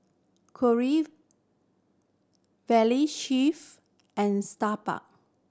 Valley Chef and